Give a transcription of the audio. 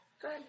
Good